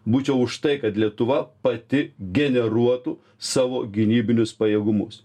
būčiau už tai kad lietuva pati generuotų savo gynybinius pajėgumus